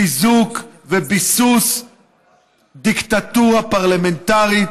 חיזוק וביסוס דיקטטורה פרלמנטרית.